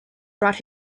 brought